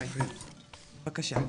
מרעי בבקשה.